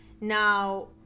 now